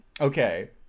Okay